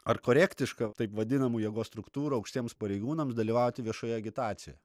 ar korektiška taip vadinamų jėgos struktūrų aukštiems pareigūnams dalyvauti viešoje agitacijoje